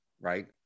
right